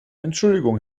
entschuldigung